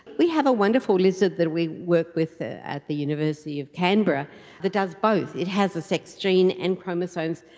we have a wonderful lizard that we work with at the university of canberra that does both. it has a sex gene and chromosomes,